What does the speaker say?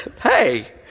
hey